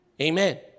Amen